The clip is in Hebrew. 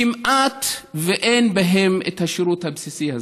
כמעט שאין בהם את השירות הבסיסי הזה.